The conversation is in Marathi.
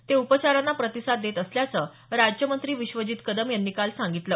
ते उपचारांना प्रतिसाद देत असल्याचं राज्यमंत्री विश्वजित कदम यांनी काल सांगितलं